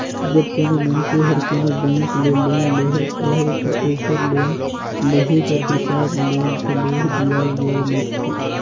जब कोनो मइनसे हर कोनो बेंक ले लोन लेहत अहे ता ओकर लोन लेहे कर हिसाब ले घलो बियाज दर लगथे